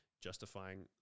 justifying